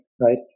Right